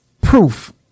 proof